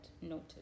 noted